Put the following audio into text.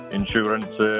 Insurance